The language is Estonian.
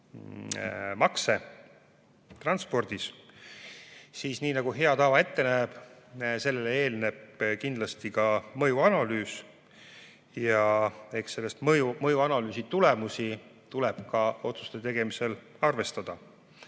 makse transpordis, siis nii nagu hea tava ette näeb, eelneb sellele kindlasti ka mõjuanalüüs, ja eks selle mõjuanalüüsi tulemusi tuleb otsuste tegemisel arvestada.